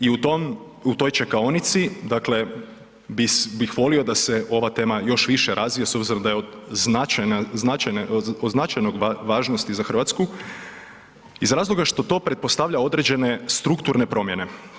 I u toj čekaonici, dakle, bih volio da se ova tema još više razvije s obzirom da je značajna, od značajne važnosti za Hrvatsku iz razloga što to pretpostavlja određene strukturne promjene.